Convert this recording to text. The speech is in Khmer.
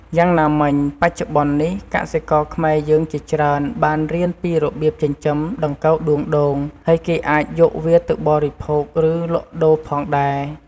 យ៉ាងណាមិញ បច្នុប្បន្ននេះ កសិករខ្មែរយើងជាច្រើនបានរៀនពីរបៀបចិញ្ចឹមដង្កូវដួងដូង ហើយគេអាចយកវាទៅបរិភោគ ឬ លក់ដូរផងដែរ។